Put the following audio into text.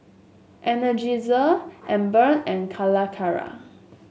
Energizer Anmum and Calacara